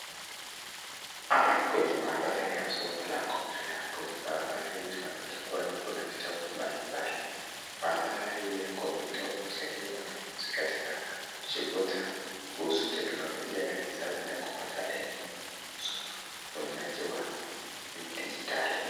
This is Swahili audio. Hapa ni kwenye mahabara ya somo la computer,(cs). Kwenye mahabara hii tunapata Kuna vitabu mbalimbali. Mahabara hii ya computer,(cs), usaidia wanafunzi katika kujifunza, kuhusu tekinolojia ya kisasa na kupata elimu kuhusu utumiaji wa dijitali.